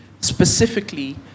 specifically